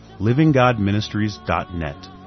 livinggodministries.net